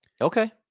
Okay